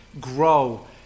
grow